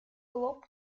лоб